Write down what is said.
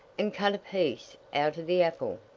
and cut a piece out of the apple,